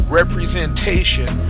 representation